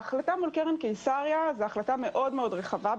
ההחלטה מול קרן קיסריה היא החלטה רחבה מאוד,